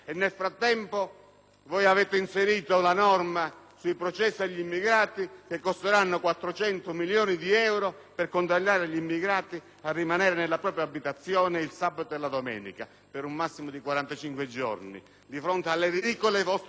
avete inserito la norma sui processi agli immigrati, che costeranno 400 milioni di euro, per condannare gli immigrati a rimanere nella propria abitazione il sabato e la domenica per un massimo di quarantacinque giorni. Di fronte alle vostre ridicole soluzioni